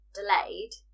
delayed